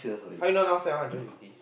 how you know now seven hundred fifty